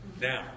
Now